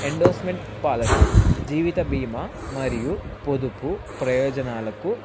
endorsement policy జీవిత బీమా మరియు పొదుపు ప్రయోజనాలకు